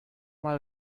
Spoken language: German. mal